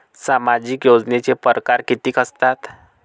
सामाजिक योजनेचे परकार कितीक असतात?